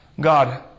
God